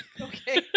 Okay